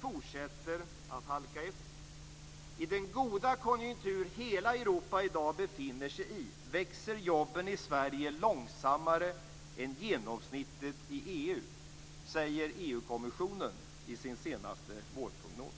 fortsätter Sverige att halka efter. I den goda konjunktur hela Europa i dag befinner sig i växer jobben i Sverige långsammare än genomsnittet i EU, säger EU-kommissionen i sin vårprognos.